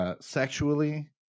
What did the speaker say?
Sexually